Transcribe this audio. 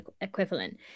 equivalent